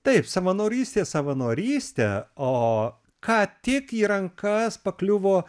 taip savanorystė savanoryste o ką tik į rankas pakliuvo